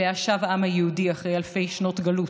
שאליה שב העם היהודי אחרי אלפי שנות גלות.